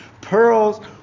pearls